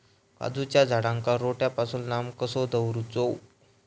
काजूच्या झाडांका रोट्या पासून लांब कसो दवरूचो?